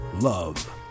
Love